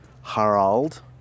Harald